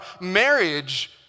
marriage